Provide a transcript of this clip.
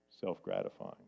self-gratifying